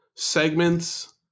segments